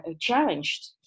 challenged